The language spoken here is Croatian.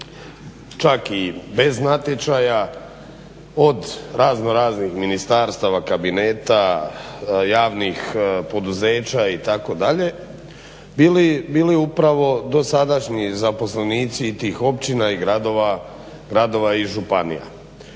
čak i bez natječaja od razno raznih ministarstava, kabineta, raznih poduzeća itd. bili upravo dosadašnji zaposlenici i tih općina i gradova i županija.